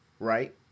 right